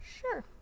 Sure